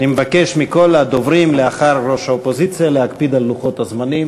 אני מבקש מכל הדוברים לאחר ראש האופוזיציה להקפיד על לוחות הזמנים.